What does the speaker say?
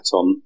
on